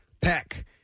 Peck